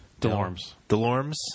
Delorms